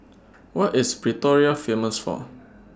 What IS Pretoria Famous For